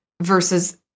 versus